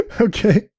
Okay